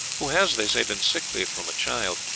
who has, they say, been sickly from a child,